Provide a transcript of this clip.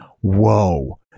whoa